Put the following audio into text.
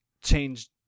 change